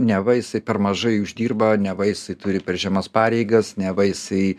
neva jisai per mažai uždirba neva jisai turi per žemas pareigas neva jisai